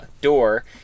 door